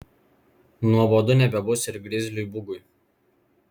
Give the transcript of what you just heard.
nuobodu nebebus ir grizliui bugui